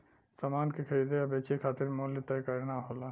समान के खरीदे या बेचे खातिर मूल्य तय करना होला